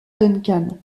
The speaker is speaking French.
duncan